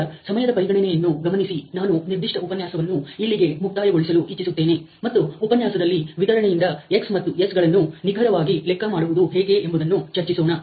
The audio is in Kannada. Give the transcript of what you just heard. ಈಗ ಸಮಯದ ಪರಿಗಣನೆಯನ್ನು ಗಮನಿಸಿ ನಾನು ನಿರ್ದಿಷ್ಟ ಉಪನ್ಯಾಸವನ್ನು ಇಲ್ಲಿಗೆ ಮುಕ್ತಾಯಗೊಳಿಸಲು ಇಚ್ಚಿಸುತ್ತೇನೆ ಮತ್ತು ಉಪನ್ಯಾಸದಲ್ಲಿ ವಿತರಣೆಯಿಂದ x ಮತ್ತು S ಗಳನ್ನು ನಿಖರವಾಗಿ ಲೆಕ್ಕ ಮಾಡುವುದು ಹೇಗೆ ಎಂಬುದನ್ನು ಚರ್ಚಿಸೋಣ